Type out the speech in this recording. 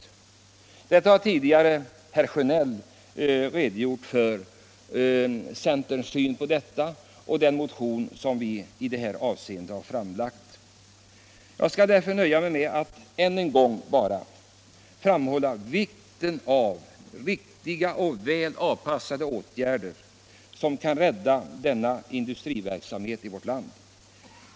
Herr Sjönell har tidigare redogjort för centerns syn på detta och för den motion som vi har framlagt. Jag skall därför nöja mig med att än en gång framhålla vikten av riktiga och väl avpassade åtgärder, som kan rädda denna industriverksamhet i vårt land.